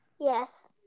Yes